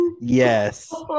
yes